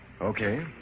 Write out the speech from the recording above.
Okay